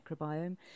microbiome